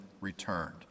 returned